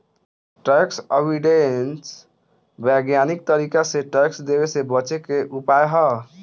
tax avoidance वैज्ञानिक तरीका से टैक्स देवे से बचे के उपाय ह